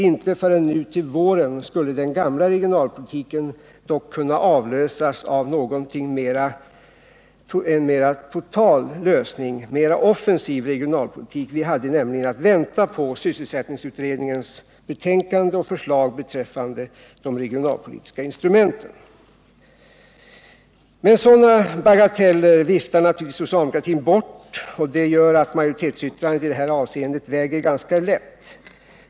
Inte förrän nu till våren skulle den gamla regionalpolitiken dock kunna avlösas av en mer total lösning, en mera offensiv regionalpolitik. Vi hade nämligen att vänta på sysselsättningsutredningens betänkande och förslag beträffande de regionalpolitiska instrumenten. Men sådana bagateller viftar naturligtvis socialdemokratin bort, och det gör att majoritetsyttrandet i det här avseendet väger ganska lätt.